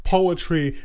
Poetry